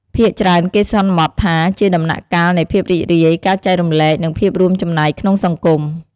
ភាគច្រើនគេសន្មត់ថាជាដំណាក់កាលនៃភាពរីករាយ ការចែករំលែក និងភាពរួមចំណែកក្នុងសង្គម។